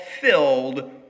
filled